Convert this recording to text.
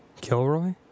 Kilroy